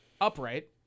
upright